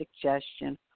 suggestion